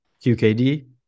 QKD